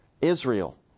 Israel